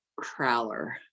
Crowler